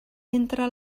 entre